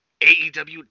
AEW